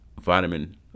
vitamin